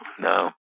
no